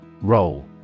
Roll